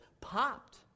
popped